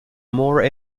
more